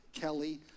Kelly